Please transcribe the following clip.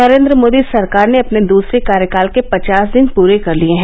नरेन्द्र मोदी सरकार ने अपने दूसरे कार्यकाल के पचास दिन पूरे कर लिए हैं